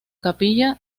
capilla